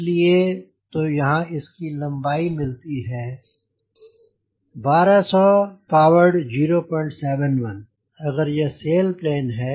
इसलिए तो यहाँ इसकी लम्बाई मिलती है 1200 पावरड 0 71 अगर यह सेल प्लेन है